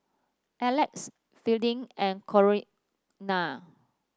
Alex Fielding and Corinna